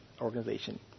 organization